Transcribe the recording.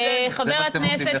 זה מה שאתם עושים,